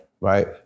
right